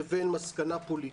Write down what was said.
לבין מסקנה פוליטית.